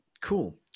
Cool